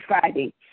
Friday